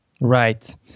Right